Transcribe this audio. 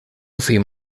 fill